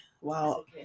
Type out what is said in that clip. wow